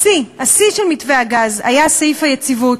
השיא, השיא של מתווה הגז, היה סעיף היציבות,